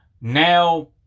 Now